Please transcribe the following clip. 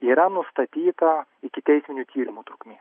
yra nustatyta ikiteisminio tyrimo trukmė